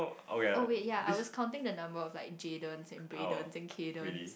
oh wait ya I was counting the number of like Jaydens and Braydens and Caydens